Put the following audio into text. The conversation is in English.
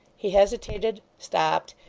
he hesitated, stopped,